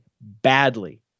badly